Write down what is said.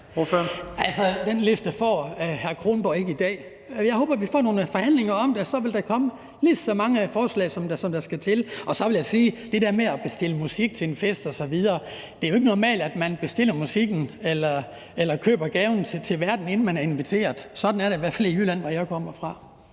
den liste får hr. Anders Kronborg ikke i dag. Jeg håber, vi får nogle forhandlinger om det, og så vil der komme lige så mange forslag, som der skal til. Og så vil jeg sige til det der med at bestille musik til en fest osv.: Det er jo ikke normalt, at man bestiller musikken eller køber gaven til værten, inden man er inviteret. Sådan er det i hvert fald ikke i Jylland, hvor jeg kommer fra.